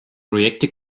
projekte